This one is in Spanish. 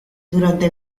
durante